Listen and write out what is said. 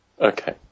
Okay